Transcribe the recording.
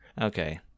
Okay